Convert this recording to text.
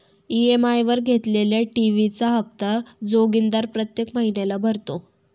EMI वर घेतलेल्या TV चा हप्ता जोगिंदर प्रत्येक महिन्याला भरतो